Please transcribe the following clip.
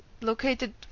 located